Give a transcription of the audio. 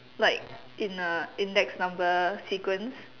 like in a index number sequence